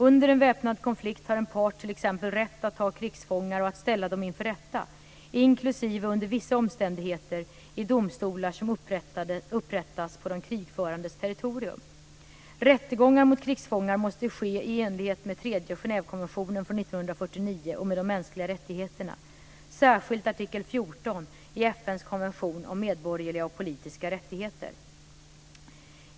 Under en väpnad konflikt har en part t.ex. rätt att ta krigsfångar och att ställa dem inför rätta, inklusive under vissa omständigheter i domstolar som upprättas på de krigförandes territorium. Rättegångar mot krigsfångar måste ske i enlighet med den tredje Genèvekonventionen från 1949 och med de mänskliga rättigheterna, särskilt artikel 14 i FN:s konvention om medborgerliga och politiska rättigheter.